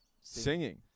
Singing